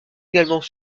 également